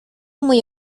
muy